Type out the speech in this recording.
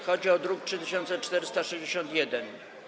Chodzi o druk nr 3461.